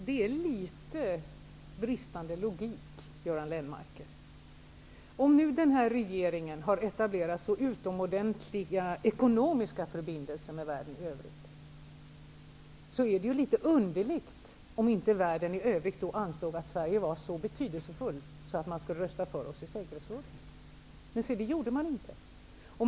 Herr talman! Det brister litet i logiken, Göran Lennmarker. Om nu denna regering har etablerat så utomordentliga ekonomiska förbindelser med världen i övrigt, är det ju litet underligt att man därifrån inte ansåg Sverige vara så betydelsefullt att man ville rösta för oss i säkerhetsrådet. Det gjorde man inte.